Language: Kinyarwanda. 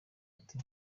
ati